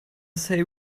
say